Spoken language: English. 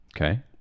Okay